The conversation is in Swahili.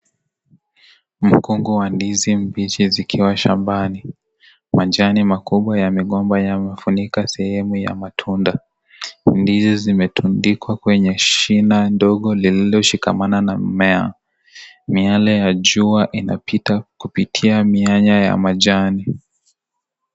Mkungu wa ndizi mbichi zikiwa shambani. Majani makubwa ya mgomba yamefunika sehemu ya matunda. Ndizi zimetundikwa kwenye shina ndogo lililoshikamana na mimea. Miyale ya jua inapita kupitia mianya ya majani.